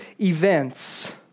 events